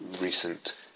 recent